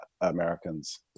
Americans